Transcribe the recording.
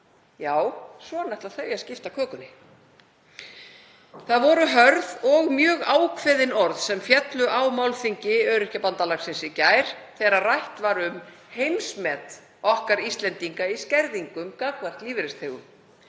Já, svona ætla þeir að skipta kökunni. Það voru hörð og mjög ákveðin orð sem féllu á málþingi Öryrkjabandalagsins í gær þegar rætt var um heimsmet okkar Íslendinga í skerðingum gagnvart lífeyrisþegum.